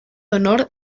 honor